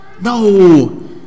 No